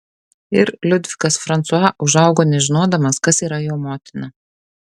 ir liudvikas fransua užaugo nežinodamas kas yra jo motina